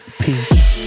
Peace